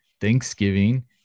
Thanksgiving